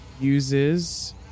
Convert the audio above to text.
uses